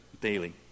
daily